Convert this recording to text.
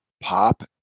pop